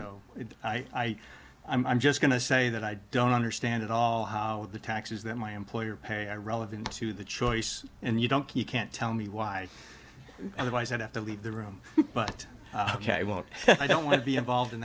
i i'm just going to say that i don't understand at all how the taxes that my employer pay i relevant to the choice and you don't you can't tell me why otherwise i'd have to leave the room but ok i won't i don't want to be involved in